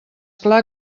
clar